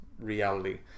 reality